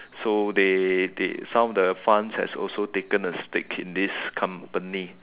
so they they some of the fund has also taken a stick in this company